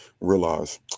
realize